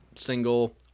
single